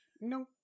No